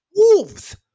Wolves